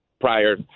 prior